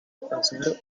defensor